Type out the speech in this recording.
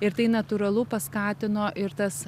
ir tai natūralu paskatino ir tas